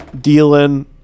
Dealing